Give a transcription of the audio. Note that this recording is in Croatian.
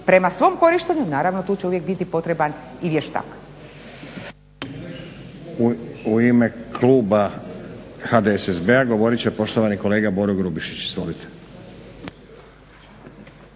prema svom korištenju, naravno tu će uvijek biti potreban i vještak. **Stazić, Nenad (SDP)** U ime Kluba HDSSB-a govorit će poštovani kolega Boro Grubišić. Izvolite.